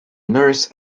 nurse